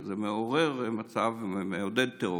שזה מעורר מצב ומעודד טרור.